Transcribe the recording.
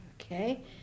Okay